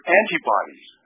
antibodies